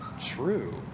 true